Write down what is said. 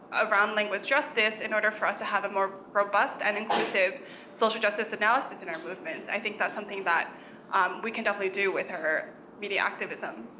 around language justice in order for us to have a more robust and inclusive social justice analysis in our movements. i think that's something that we can definitely do with our media activism.